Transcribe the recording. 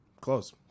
Close